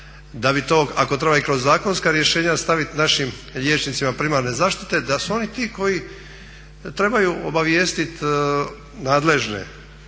da bi to ako treba i kroz zakonska rješenja staviti našim liječnicima primarne zaštite da su oni ti koji trebaju obavijestiti nadležne.